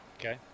Okay